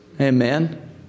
Amen